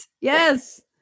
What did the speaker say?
Yes